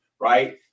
right